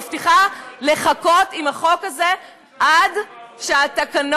מבטיחה לחכות עם החוק הזה עד שהתקנות,